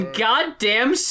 goddamn